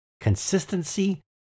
consistency